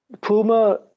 Puma